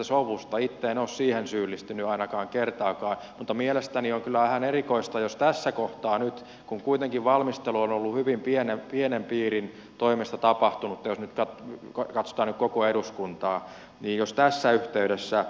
ainakaan itse en ole siihen syyllistynyt kertaakaan mutta mielestäni on kyllä vähän erikoista jos tässä yhteydessä nyt kun kuitenkin valmistelu on ollut hyvin pienen piirin toimesta tapahtunutta jos nyt katsotaan koko eduskuntaa jos tässä yhteydessä